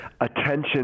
attention